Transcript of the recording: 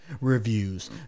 Reviews